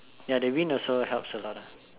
ya the wind also helps a lot